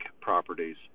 properties